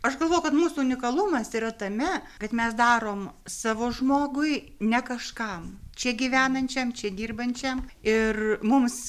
aš galvoju kad mūsų unikalumas yra tame kad mes darom savo žmogui ne kažkam čia gyvenančiam čia dirbančiam ir mums